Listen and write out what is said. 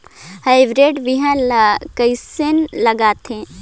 Hybrid बिहान ला कइसन लगाथे?